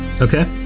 Okay